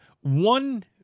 one